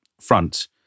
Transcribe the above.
front